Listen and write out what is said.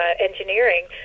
engineering